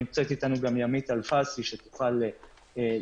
נמצאת אתנו גם ימית אלפסי שתוכל לפרט.